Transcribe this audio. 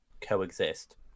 coexist